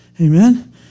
Amen